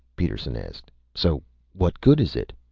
peterson asked, so what good is it?